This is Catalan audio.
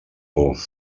por